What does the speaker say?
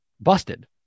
busted